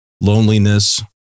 loneliness